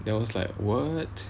then I was like what